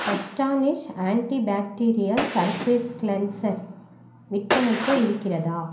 astonish antibacterial surface cleanser விற்பனைக்கு இருக்கிறதா